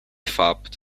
fapt